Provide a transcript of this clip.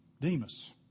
Demas